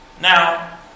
Now